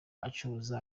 acuruza